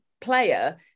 player